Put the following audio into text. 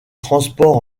transport